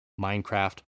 Minecraft